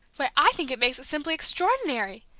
why, i think it makes it simply extraordinary!